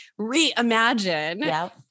reimagine